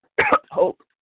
Hope